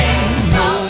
no